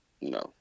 No